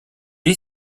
est